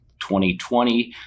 2020